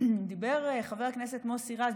דיבר חבר הכנסת מוסי רז,